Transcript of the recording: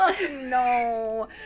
No